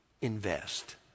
invest